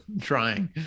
Trying